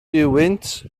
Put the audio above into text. duwynt